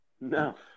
no